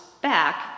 back